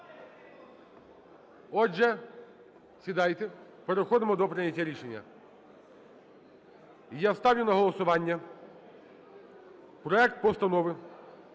Отже, сідайте, переходимо до прийняття рішення. І я ставлю на голосування проект Постанови